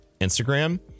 Instagram